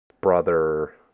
brother